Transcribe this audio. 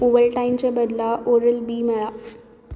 ओवलटायनचे बदला Oral B मेळ्ळां